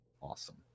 Awesome